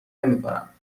نمیکنم